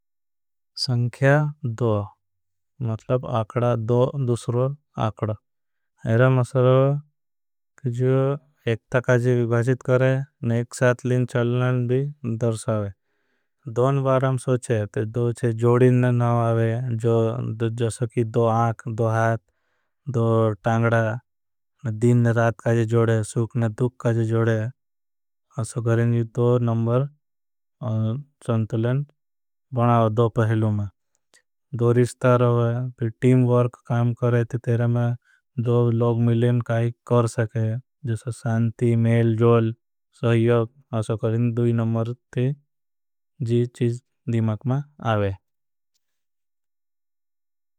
संख्या दो मतलब आकड़ा दो दूसरो आकड़ा। मस्वरो एकता काजे विभाजित करें और एक साथ। लिन चलनें भी दर्शावें न बाराम सोचें तो जोडिन। न नावावें जो सकी दो आक। दो हाथ दो टांगडा न दिन न रात काजे जोडे सुख। न दुख काजे जोडे असो करें ये दो नंबर। संतुलन बनावें दो पहलूं में रिश्ता होगा फिर टीम वर्क। काम करें ते तेरे में दो लोग मिलें काई कर सकें सांती। मेल जोल सहयोग असो करें दो इन नंबर ते। जीचीज दिमाक में आवें।